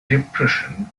depression